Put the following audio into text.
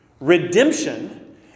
Redemption